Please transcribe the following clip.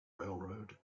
railroad